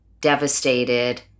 devastated